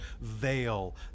veil